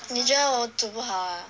你觉得我煮不好 ah